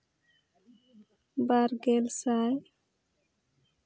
ᱵᱟᱨ ᱜᱮᱞ ᱥᱟᱭ